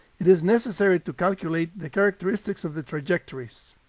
it is necessary to calculate the characteristics of the trajectories.